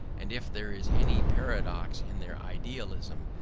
and if there is any paradox in their idealism,